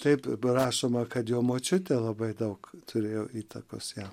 taip rašoma kad jo močiutė labai daug turėjo įtakos jam